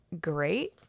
great